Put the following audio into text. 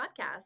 podcast